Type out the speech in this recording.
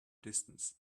distance